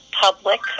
public